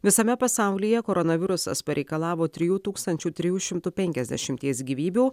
visame pasaulyje koronavirusas pareikalavo trijų tūkstančių trijų šimtų penkiasdešimties gyvybių